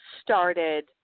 started